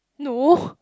no